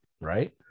right